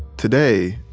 today,